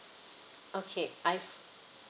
okay iphone